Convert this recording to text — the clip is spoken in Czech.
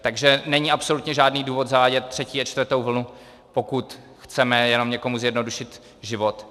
Takže není absolutně žádný důvod zavádět třetí a čtvrtou vlnu, pokud chceme jenom někomu zjednodušit život.